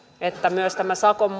että myös tämän sakon